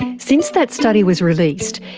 since that study was released,